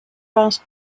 vast